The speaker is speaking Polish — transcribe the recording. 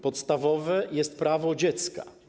Podstawowe jest prawo dziecka.